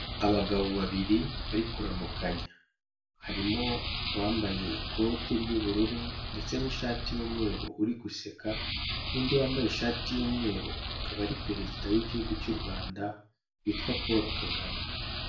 Abagabo babiri bari kuramukanya, harimo uwambaye ikote ry'ubururu ndetse n'ishati y'umweru, uri guseka n'undi wambaye ishati y'umweru, akaba ari perezida w'igihugu cy'u Rwanda witwa Paul Kagame.